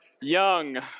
young